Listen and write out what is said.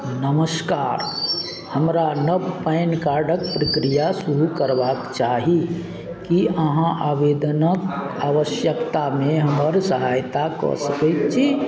नमस्कार हमरा नव पैन कार्डके प्रक्रिया शुरू करबाक चाही कि अहाँ आवेदनक आवश्यकतामे हमर सहायता कऽ सकै छी